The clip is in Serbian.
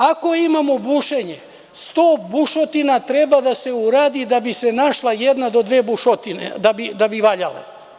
Ako imamo bušenje, sto bušotina treba da se uradi da bi se našla jedna do dve bušotine da bi valjale.